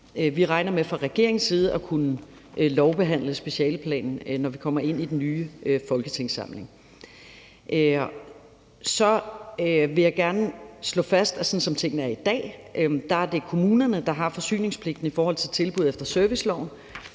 Vi regner med fra regeringens side at kunne lovbehandle specialeplanen, når vi kommer ind i den nye folketingssamling. Så vil jeg gerne slå fast, at sådan som tingene er i dag, er det kommunerne, der har forsyningspligten i forhold til tilbud efter serviceloven,